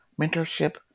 mentorship